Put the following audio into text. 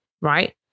Right